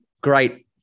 great